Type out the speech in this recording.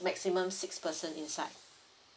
maximum six person inside